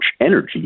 energy